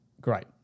great